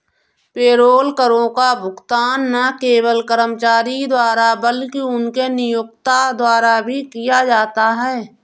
payroll करों का भुगतान न केवल कर्मचारी द्वारा बल्कि उनके नियोक्ता द्वारा भी किया जाता है